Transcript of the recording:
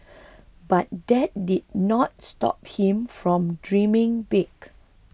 but that didn't stop him from dreaming big